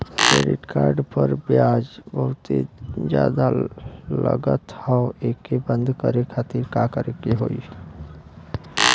Credit card पर ब्याज बहुते ज्यादा लगत ह एके बंद करे खातिर का करे के होई?